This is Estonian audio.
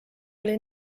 oli